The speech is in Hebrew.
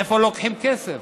מאיפה לוקחים כסף?